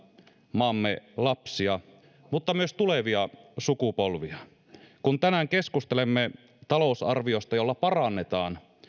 maamme lapsia mutta myös tulevia sukupolvia tänään keskustelemme talousarviosta jolla parannetaan